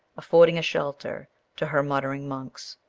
afford a shelter to her muttering monks.